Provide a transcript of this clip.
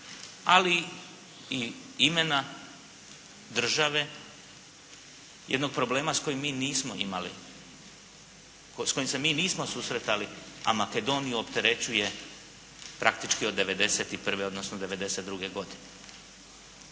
ali i imena države, jednog problema s kojim se mi nismo susretali, a Makedoniju opterećuje praktički od 91. odnosno 92. godine.